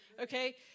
Okay